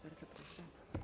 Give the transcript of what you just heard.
Bardzo proszę.